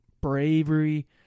bravery